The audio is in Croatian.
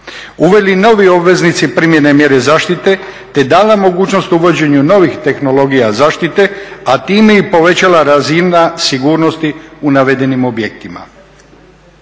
Uveli novi obveznici primjene mjere zaštite, te dana mogućnost uvođenju novih tehnologija zaštite, a time i povećala razina sigurnosti u navedenim objektima.